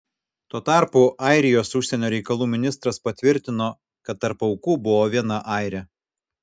tuo tarpu airijos užsienio reikalų ministras patvirtino kad tarp aukų buvo viena airė